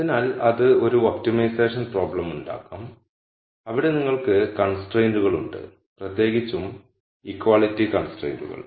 അതിനാൽ അത് ഒരു ഒപ്റ്റിമൈസേഷൻ പ്രോബ്ളമുണ്ടാക്കാം അവിടെ നിങ്ങൾക്ക് കൺസ്ട്രൈന്റുകളുണ്ട് പ്രത്യേകിച്ചും ഇക്വാളിറ്റി കൺസ്ട്രൈന്റുകൾ